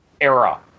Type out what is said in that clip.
era